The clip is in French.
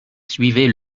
suivaient